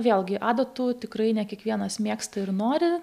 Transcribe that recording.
vėlgi adatų tikrai ne kiekvienas mėgsta ir nori